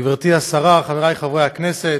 גברתי השרה, חבריי חברי הכנסת,